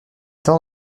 temps